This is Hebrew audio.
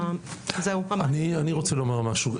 אני רוצה לומר משהו.